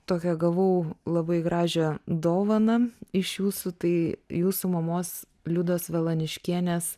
tokią gavau labai gražią dovaną iš jūsų tai jūsų mamos liudos valaniškienės